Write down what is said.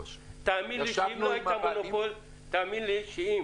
ישבנו עם הוועדים --- תאמין לי שאם